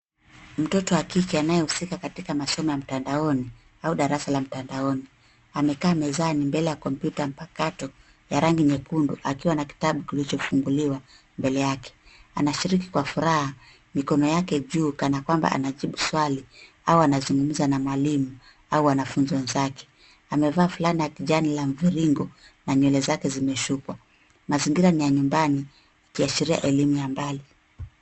Mtoto wa kike anayehusika katika masomo ya mtandaoni au darasa la mtandaoni. Amekaa mezani mbele ya kompyuta mpakato ya rangi nyekundu akiwa na kitabu kilichofunguliwa mbele yake. Anashiriki kwa furaha mikono yake juu kana kwamba anajibu swali au anazungumza na mwalimu au wanafunzi wenzake. Amevaa fulana la kijani la mviringo na nywele zake zimeshukwa. Mazingira ni ya nyumbani ikiashiria elimu ya mbali.